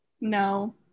No